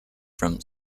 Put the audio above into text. from